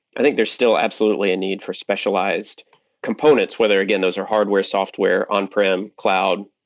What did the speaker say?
i think there's still absolutely a need for specialized components, whether again those are hardware, software, on-prem, cloud,